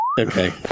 Okay